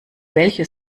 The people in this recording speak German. welche